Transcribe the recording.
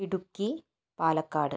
Idukki Palakkad